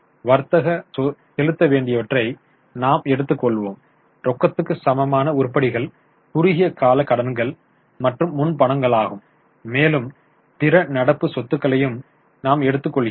வர்த்தக செலுத்த வேண்டியவற்றை நாம் எடுத்துக் கொள்வோம் ரொக்கத்துக்கு சமமான உருப்படிகள் குறுகிய கால கடன்கள் மற்றும் முன்பணங்களும் மேலும் பிற நடப்பு சொத்துக்களையும் நாம் எடுத்துக் கொள்கிறோம்